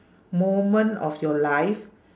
moment of your life